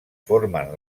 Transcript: formen